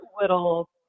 little